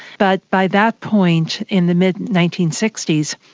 but by that point in the mid and nineteen sixty s,